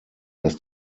dass